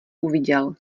uviděl